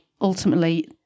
ultimately